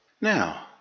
Now